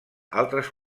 altres